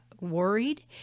worried